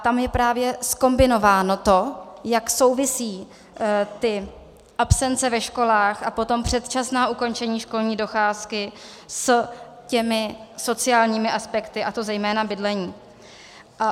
Tam je právě zkombinováno to, jak souvisejí ty absence ve školách a potom předčasná ukončení školní docházky s těmi sociálními aspekty, a to zejména bydlením.